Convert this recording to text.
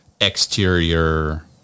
exterior